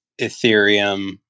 Ethereum